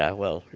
ah well,